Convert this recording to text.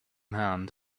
hand